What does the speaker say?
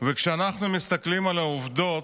כשאנחנו מסתכלים על העובדות,